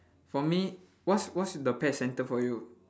for me what's what's the pet centre for you